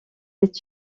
est